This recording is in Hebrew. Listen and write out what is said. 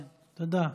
תודה.